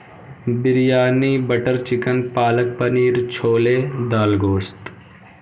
biryani butter chicken palak paneer chhole دال گوشت